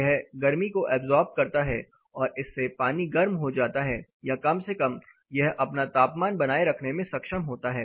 यह गर्मी को ऐब्सॉर्ब करता है और इससे पानी गर्म हो जाता है या कम से कम यह अपना तापमान बनाए रखने में सक्षम होता है